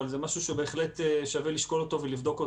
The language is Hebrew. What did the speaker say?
אבל זה משהו שבהחלט שווה לשקול ולבדוק.